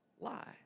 lie